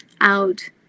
out